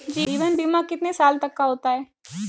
जीवन बीमा कितने साल तक का होता है?